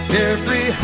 Carefree